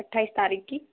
अट्ठाईस तारीख की